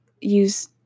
use